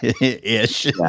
ish